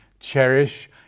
Cherish